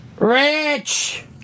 Rich